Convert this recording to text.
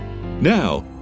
Now